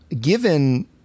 given